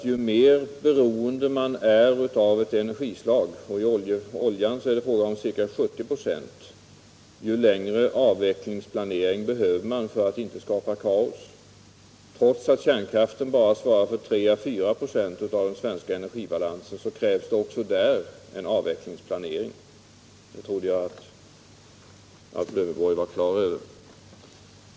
Ju mer beroende man är av ett energislag, och när det gäller oljan är vi det till ca 70 926, desto längre avvecklingsplanering behöver man för att inte skapa kaos. Trots att kärnkraften bara svarar för 3 ä 4 96 av den svenska energibalansen krävs det också för den en avvecklingsplanering. Det trodde jag att Alf Lövenborg var klar över.